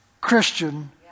Christian